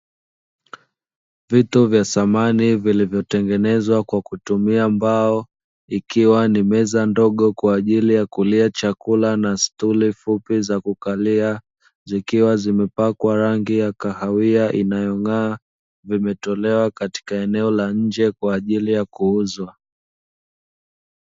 Vitu vya samani vilivyotengenezwa kwa kutumia mbao, ikiwa ni meza ndogo kwa ajili ya kulia chakula na stuli fupi za kukalia zikiwa zimepakwa rangi ya kahawia inayong'aa; vimetolewa katika eneo la nje kwa ajili ya kuuzwa.